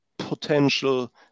potential